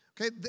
Okay